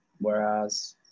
whereas